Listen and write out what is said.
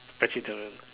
vegetarian